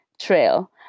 trail